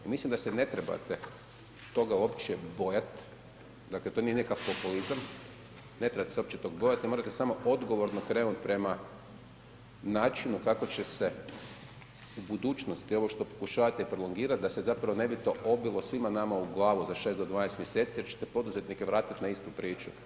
Mislim da se ne trebate toga uopće bojat, dakle to nije nikakav populizam, ne trebate se toga uopće bojati morate samo odgovorno krenuti prema načinu kako će u budućnosti ovo što pokušavate prolongirati da se zapravo ne bi to obilo svima nama u glavu za 6 do 12 mjeseci jer ćete poduzetnike vratiti na istu priču.